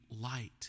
light